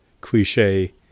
cliche